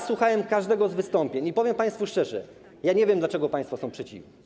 Słuchałem każdego z wystąpień i powiem państwu szczerze: nie wiem, dlaczego państwo są przeciwni.